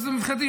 אז מבחינתי,